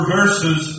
verses